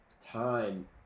time